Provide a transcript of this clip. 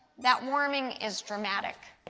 that warming is dramatic,